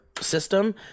system